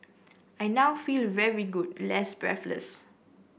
I now feel very good less breathless